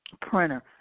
printer